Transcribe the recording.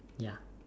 ya